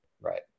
Right